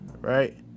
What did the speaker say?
right